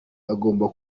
agomba